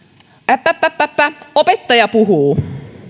appappap opettaja puhuu